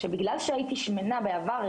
שבגלל שהייתי שמנה בעבר,